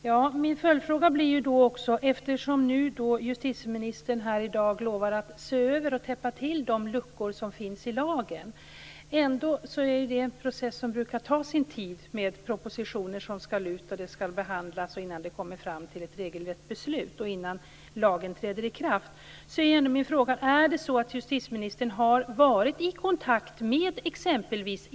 Herr talman! Då vill jag ställa en följdfråga. Justitieministern lovar här i dag att se över och täppa till de luckor som finns lagen. Det är ju en process som brukar ta sin tid innan det kommer fram till ett regelrätt beslut och innan lagen träder i kraft. Det är propositioner som skall ut och behandlas osv. Har justitieministern varit i kontakt med t.ex.